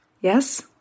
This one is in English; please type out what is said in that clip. Yes